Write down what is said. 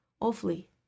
awfully